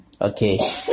Okay